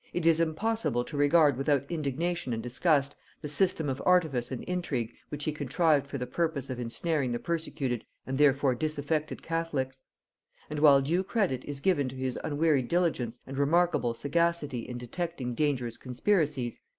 it is impossible to regard without indignation and disgust the system of artifice and intrigue which he contrived for the purpose of insnaring the persecuted and therefore disaffected catholics and while due credit is given to his unwearied diligence and remarkable sagacity in detecting dangerous conspiracies,